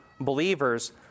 believers